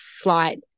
flight